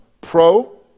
pro